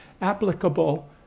applicable